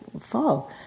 fall